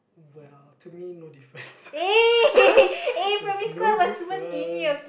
well to me no difference there's no difference